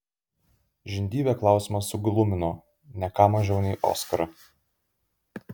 žindyvę klausimas suglumino ne ką mažiau nei oskarą